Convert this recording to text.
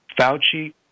Fauci